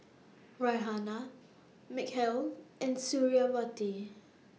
Raihana Mikhail and Suriawati